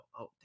out